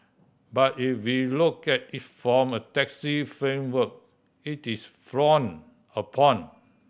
but if we look at it from a taxi framework it is frowned upon